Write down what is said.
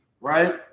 right